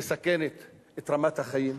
את רמת החיים,